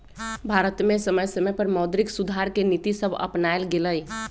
भारत में समय समय पर मौद्रिक सुधार के नीतिसभ अपानाएल गेलइ